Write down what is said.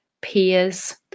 peers